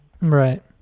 right